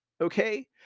okay